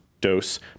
dose